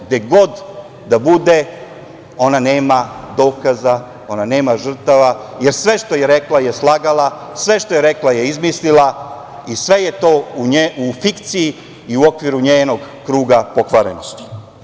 Gde god da bude ona nema dokaza, ona nema žrtava, jer sve što je rekla je slagala, sve što je rekla je izmislila i sve je to u fikciji i u okviru njenog kruga pokvarenosti.